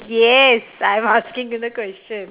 yes I'm asking in a question